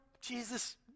Jesus